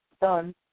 done